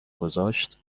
گذاشت